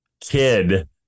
kid